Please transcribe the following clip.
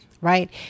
right